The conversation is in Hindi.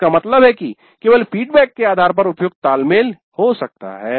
इसका मतलब है की केवल फीडबैक के आधार पर उपयुक्त तालमेल हो सकता है